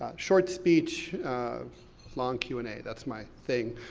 ah short speech, long q and a, that's my thing.